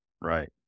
Right